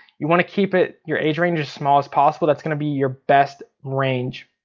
you want to keep it, your age range as small as possible, that's gonna be your best range.